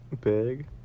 big